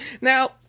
now